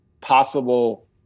possible